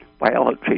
biology